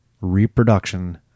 reproduction